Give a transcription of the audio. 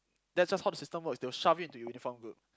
that's just how the system works they will just shove you into uniform group